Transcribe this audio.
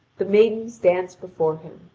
the maidens dance before him,